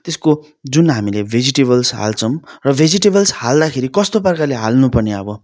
त्यसको जुन हामीले भेजिटेबल्स हाल्छौँ र भेजिटेबल्स हाल्दाखेरि कस्तो प्रकारले हाल्नु पर्ने अब